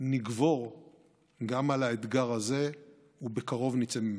נגבר גם על האתגר הזה ובקרוב נצא ממנו.